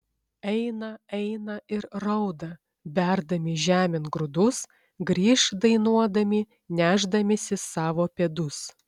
eina eina ir rauda berdami žemėn grūdus grįš dainuodami nešdamiesi savo pėdus